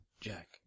Jack